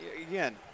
again